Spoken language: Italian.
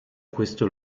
questo